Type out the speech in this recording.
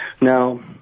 Now